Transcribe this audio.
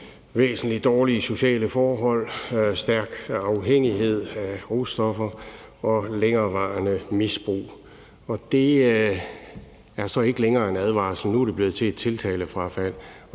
væsentlige dårlige sociale forhold, stærk afhængighed af russtoffer og længerevarende misbrug. Det er så ikke længere en advarsel; nu er det blevet til et tiltalefrafald,